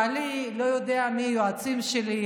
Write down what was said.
בעלי לא יודע מי היועצים שלי,